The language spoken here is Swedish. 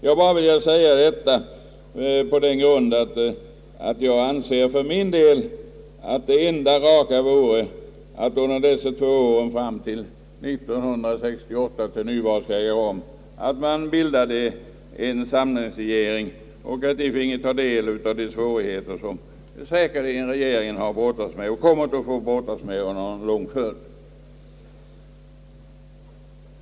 Jag har velat säga detta enär jag anser att det enda riktiga vore att man under de två åren fram till 1968, då andrakammarval skall äga rum, bildade en samlingsregering som finge ta hand om de svårigheter som regeringen brottats med och kommer att få brottas med under lång tid framåt.